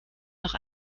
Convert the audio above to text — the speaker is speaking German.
noch